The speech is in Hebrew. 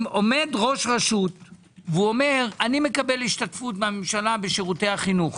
עומד ראש רשות ואומר: אני מקבל השתתפות מהממשלה בשירותי החינוך